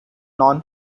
non